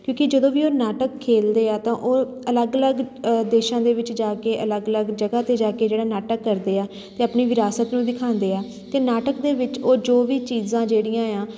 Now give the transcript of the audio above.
ਕਿਉਂਕਿ ਜਦੋਂ ਵੀ ਉਹ ਨਾਟਕ ਖੇਡਦੇ ਆ ਤਾਂ ਉਹ ਅਲੱਗ ਅਲੱਗ ਦੇਸ਼ਾਂ ਦੇ ਵਿੱਚ ਜਾ ਕੇ ਅਲੱਗ ਅਲੱਗ ਜਗ੍ਹਾ 'ਤੇ ਜਾ ਕੇ ਜਿਹੜਾ ਨਾਟਕ ਕਰਦੇ ਆ ਅਤੇ ਆਪਣੀ ਵਿਰਾਸਤ ਨੂੰ ਦਿਖਾਉਂਦੇ ਆ ਅਤੇ ਨਾਟਕ ਦੇ ਵਿੱਚ ਉਹ ਜੋ ਵੀ ਚੀਜ਼ਾਂ ਜਿਹੜੀਆਂ ਆ